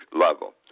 level